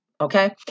okay